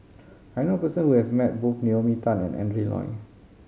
I knew a person who has met both Naomi Tan and Adrin Loi